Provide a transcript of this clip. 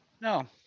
No